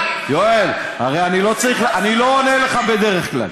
יואל, אני לא עונה לך, בדרך כלל.